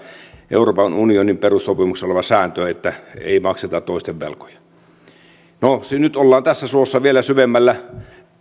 euroopan unionin perussopimuksessa oleva sääntö että ei makseta toisten velkoja nyt ollaan tässä suossa vielä syvemmällä